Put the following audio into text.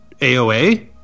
AOA